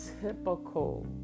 typical